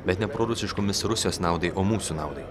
bet ne prorusiškomis rusijos naudai o mūsų naudai